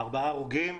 ארבעה הרוגים,